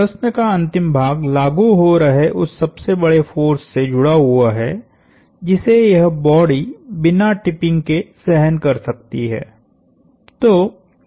प्रश्न का अंतिम भाग लागू हो रहे उस सबसे बड़े फोर्स से जुड़ा हुआ है जिसे यह बॉडी बिना टिपिंग के सहन कर सकती है